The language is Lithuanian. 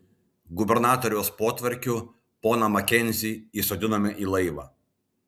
gubernatoriaus potvarkiu poną makenzį įsodinome į laivą